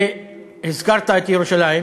הזכרת את ירושלים.